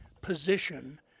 position